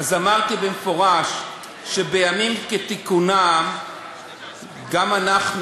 אמרתי במפורש שבימים כתיקונם גם אנחנו